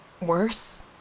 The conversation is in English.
worse